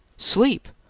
sleep?